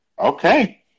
okay